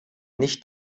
nicht